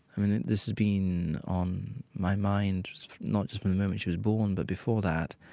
i mean, this has been on my mind not just from the moment she was born, but before that.